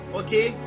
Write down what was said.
okay